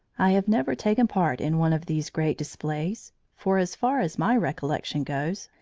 i have never taken part in one of these great displays, for, as far as my recollection goes,